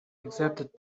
accepted